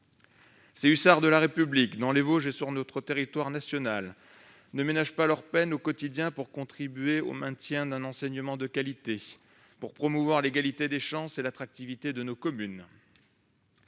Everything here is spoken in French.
Les hussards de la République, dans les Vosges comme sur tout le territoire national, ne ménagent pas leur peine au quotidien pour contribuer au maintien d'un enseignement de qualité, pour promouvoir l'égalité des chances et l'attractivité de nos communes.